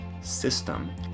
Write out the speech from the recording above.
system